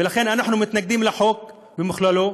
ולכן אנחנו מתנגדים לחוק בכללו,